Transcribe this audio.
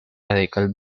radical